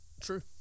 True